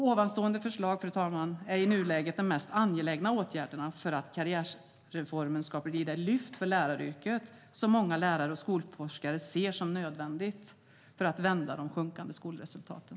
Ovanstående förslag, fru talman, är i nuläget de mest angelägna åtgärderna för att karriärtjänstreformen ska bli det lyft för läraryrket som många lärare och skolforskare ser som en nödvändighet för att vända de sjunkande kunskapsresultaten.